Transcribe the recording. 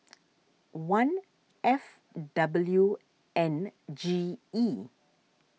one F W N G E